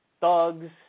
thugs